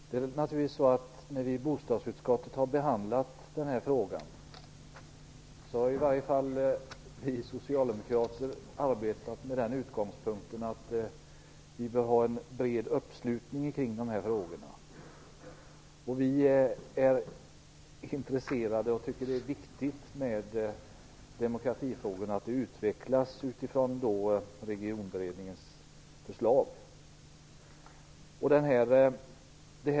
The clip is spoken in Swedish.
Fru talman! När vi i bostadsutskottet har behandlat den här frågan har i varje fall vi socialdemokrater arbetat utifrån den utgångspunkten att det bör finnas en bred uppslutning kring dessa frågor. Vi är intresserade av och tycker att det är viktigt med demokratifrågorna, att det hela utvecklas utifrån Regionberedningens förslag.